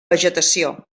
vegetació